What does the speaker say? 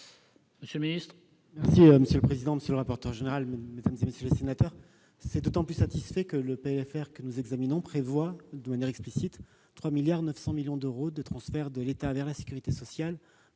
monsieur le ministre